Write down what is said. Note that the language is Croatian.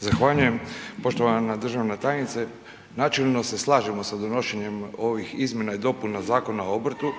Zahvaljujem. Poštovana državna tajnice, načelno se slažemo sa donošenjem ovih Izmjena i dopuna Zakona o obrtu